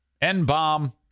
n-bomb